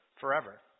forever